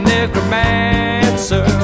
Necromancer